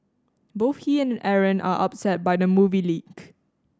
both he and Aaron are upset by the movie leak